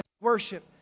worship